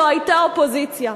לא היתה אופוזיציה,